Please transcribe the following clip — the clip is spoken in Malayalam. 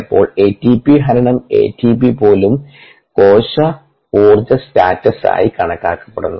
ചിലപ്പോൾ എറ്റിപി ഹരണം എടിപി പോലും കോശ ഊർജ്ജ സ്റ്റാറ്റസായി കണക്കാക്കുന്നു